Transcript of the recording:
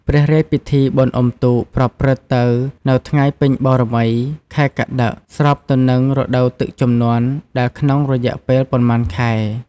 ព្រះរាជពិធីបុណ្យអ៊ំុទូក ប្រព្រឹត្ត ទៅនៅថ្ងៃពេញបូណ៌មី ខែកត្តិក ស្របទៅនឹងរដូវទឹកជំនន់ដែលក្នុងរយៈពេលប៉ុន្មានខែ។